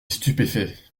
stupéfait